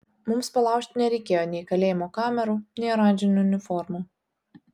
mums palaužti nereikėjo nei kalėjimo kamerų nei oranžinių uniformų